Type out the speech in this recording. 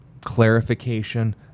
clarification